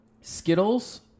Skittles